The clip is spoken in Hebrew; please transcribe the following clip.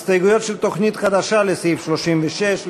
הסתייגויות של תוכנית חדשה לסעיף 36,